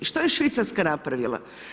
Što je Švicarska napravila?